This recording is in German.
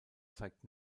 zeigt